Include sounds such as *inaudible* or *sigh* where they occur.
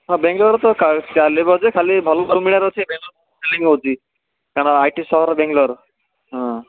ହଁ ବାଙ୍ଗାଲୋରରେ ଚାଲିବ ଯେ ଖାଲି ଭଲ *unintelligible* ସେଲିଂ ହେଉଛି କାରଣ ଆଇ ଟି ସହର ବାଙ୍ଗାଲୋର ହଁ